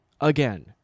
again